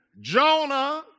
Jonah